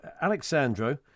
Alexandro